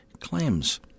claims